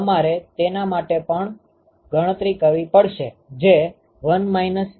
તેથી તમારે તેના માટે પણ ગણતરી કરવી પડશે